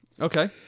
okay